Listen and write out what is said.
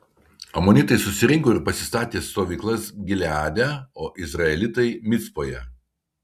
amonitai susirinko ir pasistatė stovyklas gileade o izraelitai micpoje